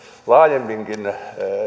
laajemminkin